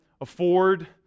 afford